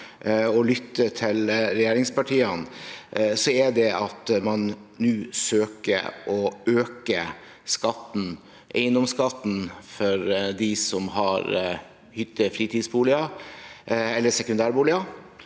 og lytter til regjeringspartiene, er at man nå søker å øke eiendomsskatten for dem som har hytter, fritidsboliger